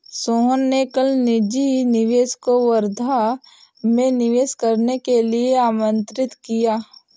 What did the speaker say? सोहन ने कल निजी निवेशक को वर्धा में निवेश करने के लिए आमंत्रित किया